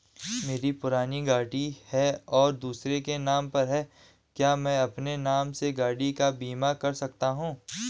मेरी पुरानी गाड़ी है और दूसरे के नाम पर है क्या मैं अपने नाम से गाड़ी का बीमा कर सकता हूँ?